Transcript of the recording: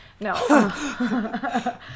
No